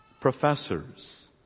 professors